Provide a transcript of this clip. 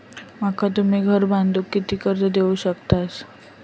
माका तुम्ही घर बांधूक किती कर्ज देवू शकतास?